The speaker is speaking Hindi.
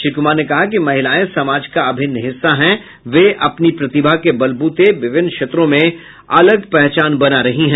श्री कुमार ने कहा कि महिलायें समाज का अभिन्न हिस्सा हैं वे अपनी प्रतिभा के बलब्रते विभिन्न क्षेत्रों में अलग पहचान बना रही हैं